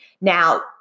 Now